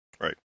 Right